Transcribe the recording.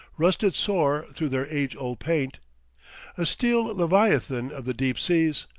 rusted sore through their age-old paint a steel leviathan of the deep seas,